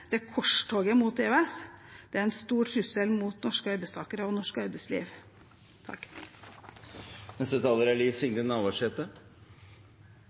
prediker, det korstoget mot EØS, er faktisk en stor trussel mot norske arbeidstakere og norsk arbeidsliv.